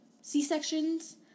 C-sections